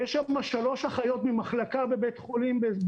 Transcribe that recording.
ושם באזור שממנו מגיע האירוע יש שלוש אחיות ממחלקה בבית חולים.